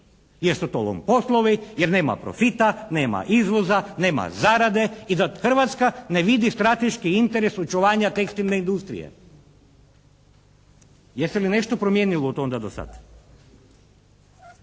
su to lom poslovi, jer nema profita, nema izvoza, nema zarade i da Hrvatska ne vidi strateški interes očuvanja tekstilne industrije. Je se li nešto promijenilo od onda do sad?